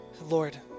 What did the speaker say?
Lord